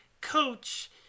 coach